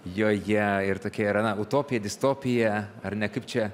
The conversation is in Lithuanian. joje ir tokia yra na utopija distopija ar ne kaip čia